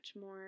more